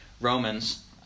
Romans